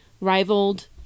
rivaled